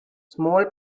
small